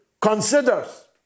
considers